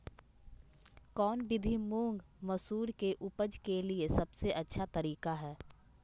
कौन विधि मुंग, मसूर के उपज के लिए सबसे अच्छा तरीका है?